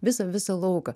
visą visą lauką